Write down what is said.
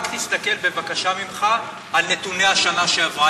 רק תסתכל, בבקשה ממך, על נתוני השנה שעברה.